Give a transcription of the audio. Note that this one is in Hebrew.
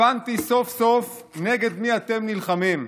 הבנתי סוף-סוף נגד מי אתם נלחמים.